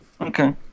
okay